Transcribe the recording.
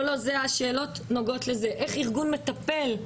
לא, לא, השאלות נוגעות לזה, איך ארגון מטפל,